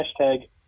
hashtag